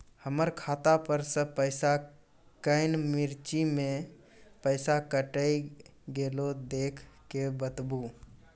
हमर खाता पर से पैसा कौन मिर्ची मे पैसा कैट गेलौ देख के बताबू?